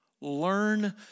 Learn